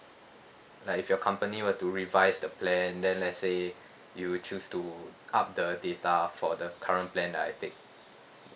like if your company were to revise the plan then let's say you choose to up the data for the current plan that I take